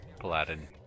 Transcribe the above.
paladin